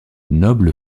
noble